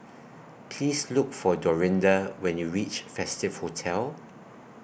Please Look For Dorinda when YOU REACH Festive Hotel